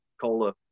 Cola